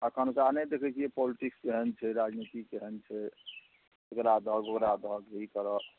अखुनका नहि देखै छियै पॉलटिक्स केहन छै राजनीति केहन छै एकरा दहक ओकरा दहक हे ई करऽ